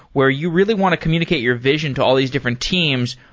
where you really want to communicate your vision to all these different teams,